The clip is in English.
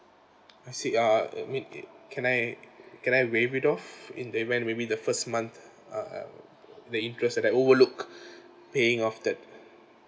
I see uh I mean it can I can I waive it off in and when maybe the first month uh the interest that I overlook paying off that